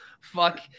fuck